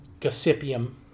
Gossipium